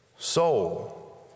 soul